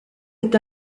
est